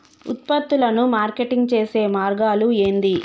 ఉత్పత్తులను మార్కెటింగ్ చేసే మార్గాలు ఏంది?